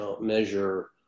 measure